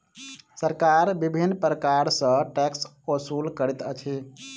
सरकार विभिन्न प्रकार सॅ टैक्स ओसूल करैत अछि